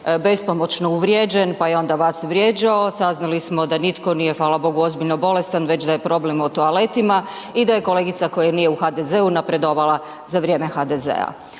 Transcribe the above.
bespomoćno uvrijeđen, pa je onda vas vrijeđao. Saznali smo da nitko nije hvala bogu ozbiljno bolestan, već da je problem u toaletima i da je kolegica koja nije u HDZ-u napredovala za vrijeme HDZ-a.